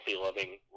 loving